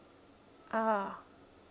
ah